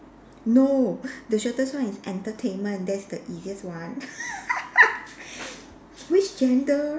no the shortest one is entertainment that's the easiest one which genre